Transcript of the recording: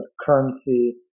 currency